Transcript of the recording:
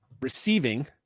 receiving